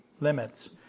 limits